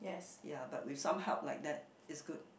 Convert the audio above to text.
ya but with some help like that is good